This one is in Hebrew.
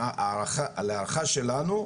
ההערכה שלנו,